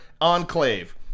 enclave